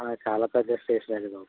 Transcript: చాలా పెద్ద స్టేషన్ అండి బాబు